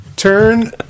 Turn